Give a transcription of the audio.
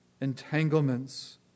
entanglements